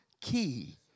key